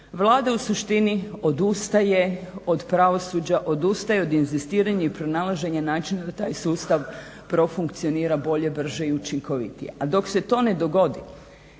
Vlada u suštini odustaje od pravosuđa, odustaje od inzistiranja i pronalaženja načina da taj sustav profunkcionira bolje, brže i učinkovitije. A dok se to ne dogodi